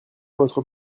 votre